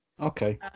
Okay